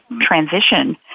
transition